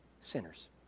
sinners